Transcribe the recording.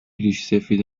ریشسفید